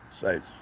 sites